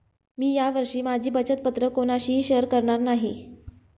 मी या वर्षी माझी बचत पत्र कोणाशीही शेअर करणार नाही